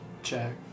check